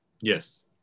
Yes